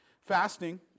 Fasting